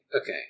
Okay